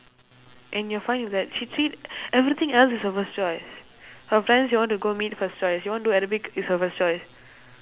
and you're fine with that she treat everything else is her first choice her friends she want to go meet first choice she want do arabic is her first choice